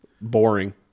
Boring